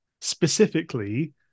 specifically